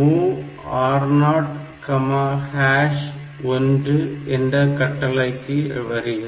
MOV R01 என்ற கட்டளைக்கு வருகிறது